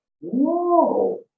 Whoa